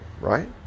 right